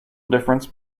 difference